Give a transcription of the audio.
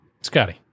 Scotty